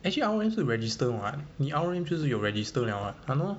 actually R_O_M 是 register [what] 你 R_O_M 就是有 register liao [what] !hannor!